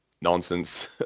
nonsense